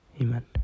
Amen